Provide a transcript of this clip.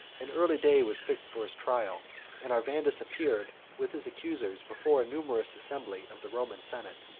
an early day was fixed for his trial and arvandus appeared, with his accusers, before a numerous assembly of the roman senate.